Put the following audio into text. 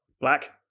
Black